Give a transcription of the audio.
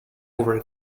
over